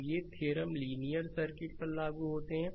तो ये theorem linear circuit पर लागू होते हैं